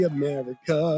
America